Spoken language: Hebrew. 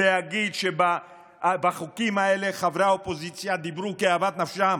ויגיד שבחוקים האלה חברי האופוזיציה דיברו כאוות נפשם.